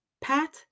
Pat